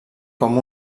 com